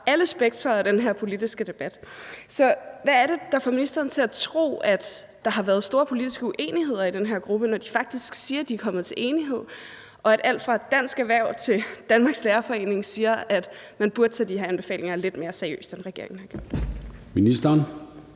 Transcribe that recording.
alle spektre af de her politiske debat. Så hvad er det, der får ministeren til at tro, at der har været store politiske uenigheder i denher gruppe, når de faktisk siger, de er kommet til enighed, og at alt fra Dansk Erhverv til Danmarks Lærerforening siger, at man burde tage de her anbefalinger lidt mere seriøst som regering? Kl. 13:54 Formanden